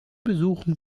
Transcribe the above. besuchen